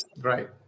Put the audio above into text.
right